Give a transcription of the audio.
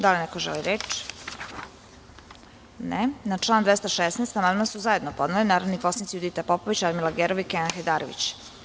Da li neko želi reč? (Ne) Na član 216. amandman su zajedno podneli narodni poslanici Judita Popović, Radmila Gerov i Kenan Hajdarević.